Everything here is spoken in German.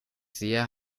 sehe